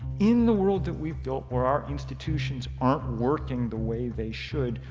in the world that we've built where our institutions aren't working the way they should,